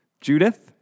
Judith